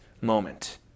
moment